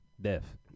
death